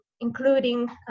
including